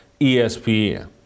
ESPN